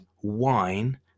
wine